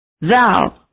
thou